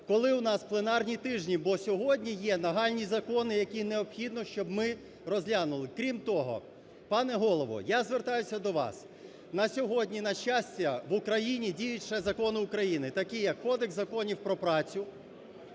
коли у нас пленарні тижні. Бо сьогодні є нагальні закони, які необхідно, щоб ми розглянули. Крім того, пане Голово, я звертаюсь до вас. На сьогодні, на щастя, в Україні діють ще закони України такі як Кодекс законів про працю,